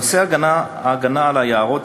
נושא ההגנה על היערות,